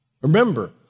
Remember